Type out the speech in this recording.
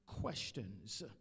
questions